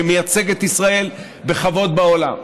שמייצג את ישראל בכבוד בעולם,